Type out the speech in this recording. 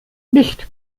nicht